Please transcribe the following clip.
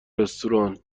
رستوران